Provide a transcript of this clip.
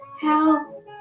Help